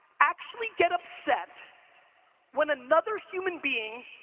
actually get upset when another human being